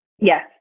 Yes